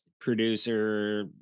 producer